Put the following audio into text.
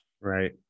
right